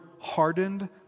hardened